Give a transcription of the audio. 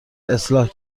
اصلاح